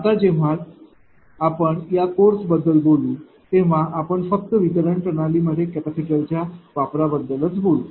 आता जेव्हा जेव्हा आपण या कोर्स बद्दल बोलू तेव्हा आपण फक्त वितरण प्रणाली मध्ये कॅपॅसिटरच्या वापरा बद्दलच बोलू